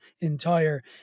entire